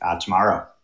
tomorrow